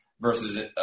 versus